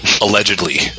Allegedly